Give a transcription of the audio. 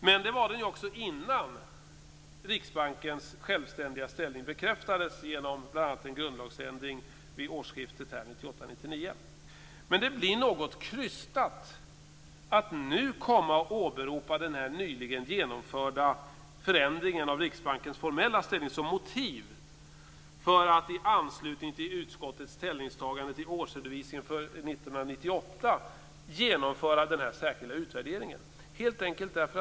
Men det gjordes ju också innan Riksbankens självständiga ställning bekräftades genom bl.a. en grundlagsändring vid årsskiftet Men det blir något krystat att nu komma och åberopa den nyligen genomförda förändringen av Riksbankens formella ställning som motiv för att i anslutning till utskottets ställningstagande till årsredovisningen för 1998 genomföra denna särskilda utvärdering.